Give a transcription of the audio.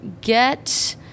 get